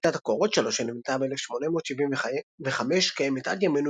בקתת הקורות שלו שנבנתה ב-1875 קיימת עד ימינו